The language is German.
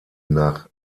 nach